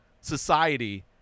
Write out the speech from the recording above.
society